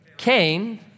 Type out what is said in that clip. Cain